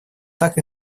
так